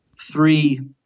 three